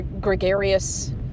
gregarious